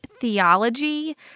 theology